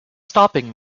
stopping